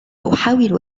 أحاول